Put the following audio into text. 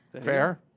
Fair